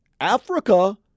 Africa